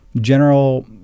general